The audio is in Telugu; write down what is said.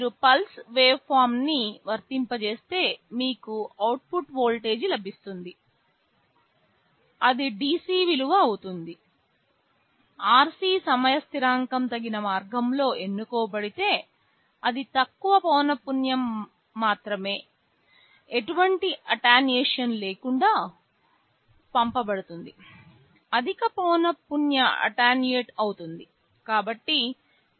మీరు పల్స్ వేవ్ఫార్మ్ న్ని వర్తింపజేస్తే మీకు అవుట్పుట్ వోల్టేజ్ లభిస్తుంది అది DC విలువ అవుతుంది RC సమయ స్థిరాంకం తగిన మార్గంలో ఎన్నుకోబడితే అతి తక్కువ పౌనపున్యం మాత్రమే ఎటువంటి అటెన్యుయేషన్ లేకుండా పంపబడుతుంది అధిక పౌనపున్యం అటెన్యూట్ అవుతుంది